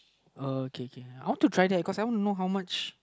okay K I want to try that cause I want to know how much